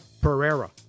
Pereira